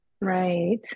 Right